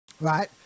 right